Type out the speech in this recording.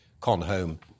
con-home